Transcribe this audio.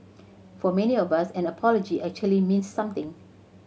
for many of us an apology actually means something